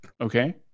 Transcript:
Okay